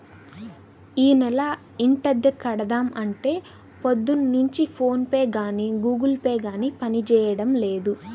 యీ నెల ఇంటద్దె కడదాం అంటే పొద్దున్నుంచి ఫోన్ పే గానీ గుగుల్ పే గానీ పనిజేయడం లేదు